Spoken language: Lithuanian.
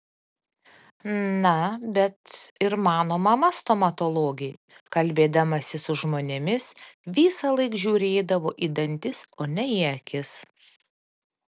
na bet ir mano mama stomatologė kalbėdamasi su žmonėmis visąlaik žiūrėdavo į dantis o ne į akis